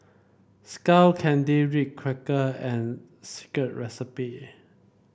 Skull Candy Ritz Cracker and Secret Recipe